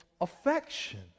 affection